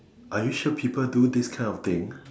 are you sure people do this kind of things